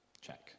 Check